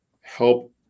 help